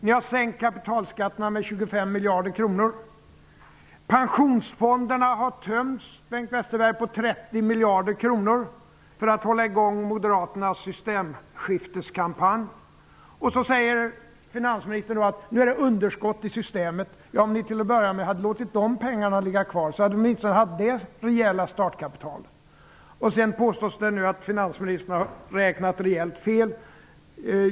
Ni har sänkt kapitalskatterna med 25 miljarder kronor. Pensionsfonderna har tömts, Finansministern säger att det är underskott i systemet. Om ni till att börja med låtit de pengarna ligga kvar hade ni åtminstone haft det rejäla startkapitalet. Det påstås att finansministern har räknat rejält fel.